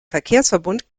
verkehrsverbund